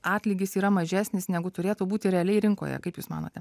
atlygis yra mažesnis negu turėtų būti realiai rinkoje kaip jūs manote